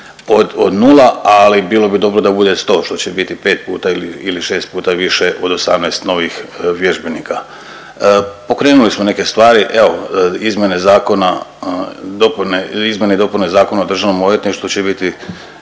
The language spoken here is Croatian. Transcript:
od nula, ali bilo bi dobro da 100 što će biti 5 puta ili 6 puta više od 18 novih vježbenika. Pokrenuli smo neke stvari, evo izmjene zakona dopune, izmjene i dopune Zakona o državnom odvjetništvu će biti